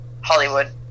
Hollywood